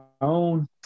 own